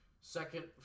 second